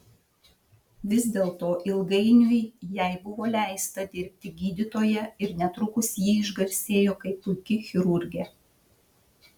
vis dėlto ilgainiui jai buvo leista dirbti gydytoja ir netrukus ji išgarsėjo kaip puiki chirurgė